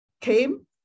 came